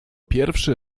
pierwszy